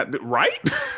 right